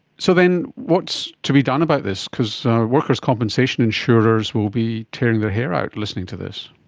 so then what's to be done about this? because workers compensation insurers will be tearing their hair out listening to this.